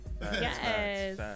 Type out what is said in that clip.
yes